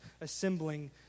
assembling